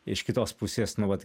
iš kitos pusės nu vat